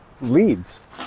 leads